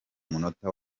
munota